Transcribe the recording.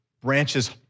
Branches